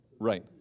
Right